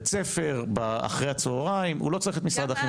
בבית-ספר ואחר הצוהריים הוא לא צריך את משרד החינוך.